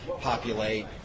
populate